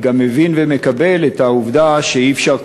אני גם מבין ומקבל את העובדה שאי-אפשר,